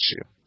issue